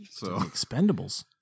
Expendables